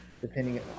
depending